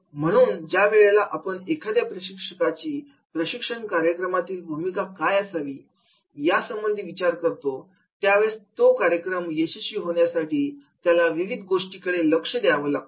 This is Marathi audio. म्हणून ज्या वेळेला आपण एखाद्या प्रशिक्षकाची प्रशिक्षण कार्यक्रमातील भूमिका काय असावी यासंबंधी विचार करतो त्यावेळेला तो कार्यक्रम यशस्वी होण्यासाठी त्याला विविध गोष्टींकडे लक्ष द्यावं लागतं